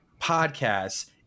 podcasts